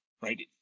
right